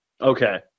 Okay